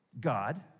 God